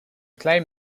claim